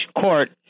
court